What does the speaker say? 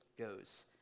goes